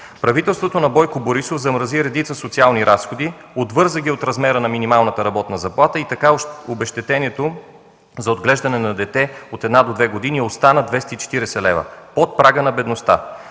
Правителството на Бойко Борисов замрази редица социални разходи, отвърза ги от размера на минималната работна заплата и така обезщетението за отглеждане на дете от 1 до 2 години остана 240 лв., под прага на бедността.